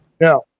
No